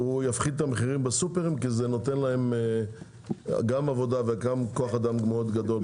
יפחית את המחירים בסופרים כי זה גם נותן להם עבודה וכוח אדם מאוד גדול,